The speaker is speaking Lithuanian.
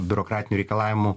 biurokratinių reikalavimų